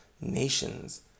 nations